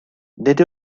nid